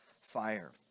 fire